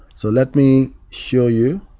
so let me show you